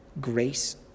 grace